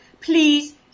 please